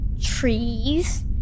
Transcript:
trees